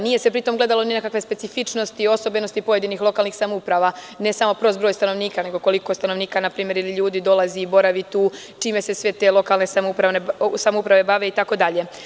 Nije se pri tom gledalo ni na kakve specifičnosti i osobenosti pojedinih lokalnih samouprava, ne samo prost broj stanovnika, nego koliko je stanovnika ili ljudi dolazi i boravi tu, čime se sve te lokalne samouprave bave itd.